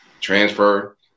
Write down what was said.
transfer